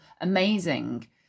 amazing